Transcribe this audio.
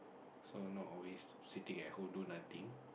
so not always sitting at home do nothing